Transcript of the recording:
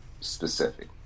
specific